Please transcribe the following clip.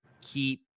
keep